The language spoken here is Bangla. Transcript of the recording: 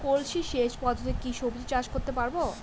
কলসি সেচ পদ্ধতিতে কি সবজি চাষ করতে পারব?